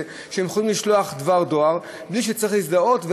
שהם יכולים לשלוח דבר דואר בלי שצריך להזדהות,